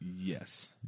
Yes